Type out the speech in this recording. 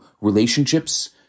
relationships